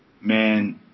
Man